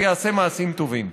ויעשה מעשים טובים.